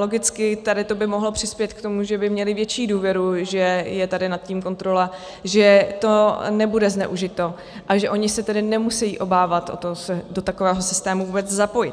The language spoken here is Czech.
logicky tohle by mohlo přispět k tomu, že by měli větší důvěru, že je tady nad tím kontrola, že to nebude zneužito a že oni se tedy nemusejí obávat o to se do takového systému vůbec zapojit.